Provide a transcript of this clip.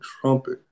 trumpet